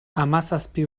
hamazazpi